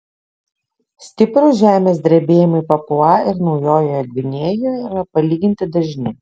stiprūs žemės drebėjimai papua ir naujojoje gvinėjoje yra palyginti dažni